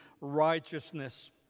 righteousness